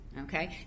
okay